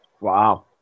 Wow